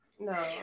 No